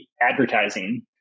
Advertising